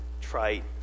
trite